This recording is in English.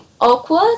awkward